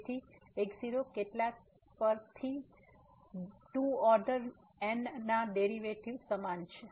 તેથી x0 કેટલાંક પર તેથી 2 ઓર્ડર n ના ડેરિવેટિવ્ઝ સમાન છે